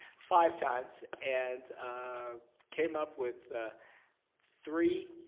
five times. and ah came up with three